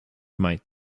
might